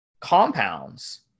compounds